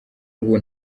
ubu